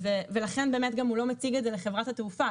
ולכן באמת הוא לא מציג את זה לחברת התעופה,